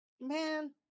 Man